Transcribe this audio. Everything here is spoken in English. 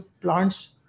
plants